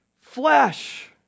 flesh